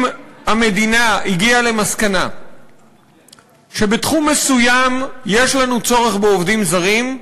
אם המדינה הגיעה למסקנה שבתחום מסוים יש לנו צורך בעובדים זרים,